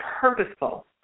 purposeful